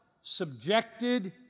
subjected